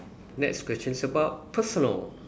next question is about personal